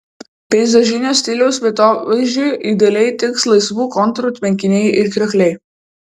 peizažinio stiliaus vietovaizdžiui idealiai tiks laisvų kontūrų tvenkiniai ir kriokliai